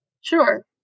Sure